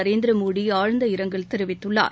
நரேந்திரமோடி ஆழ்ந்த இரங்கல் தெரிவித்துள்ளார்